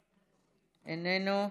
איננו.